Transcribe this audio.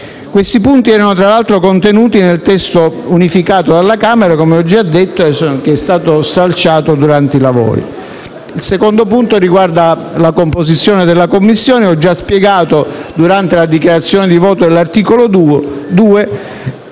Questi punti erano, tra l'altro, contenuti nel testo unificato alla Camera dei deputati che, come ho già detto, è stato stralciato durante i lavori. Il secondo punto riguarda la composizione della Commissione: ho già spiegato durante la dichiarazione di voto sull'articolo 2,